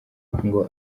ngo